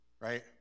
right